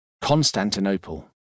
Constantinople